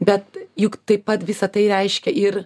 bet juk taip pat visa tai reiškia ir